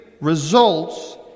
results